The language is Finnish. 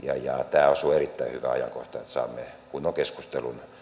tämä osuu erittäin hyvään ajankohtaan että saamme kunnon keskustelun